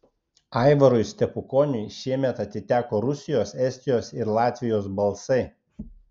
aivarui stepukoniui šiemet atiteko rusijos estijos ir latvijos balsai